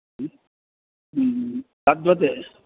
ह्म् तद्वत्